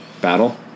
battle